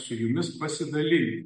su jumis pasidalyti